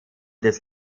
des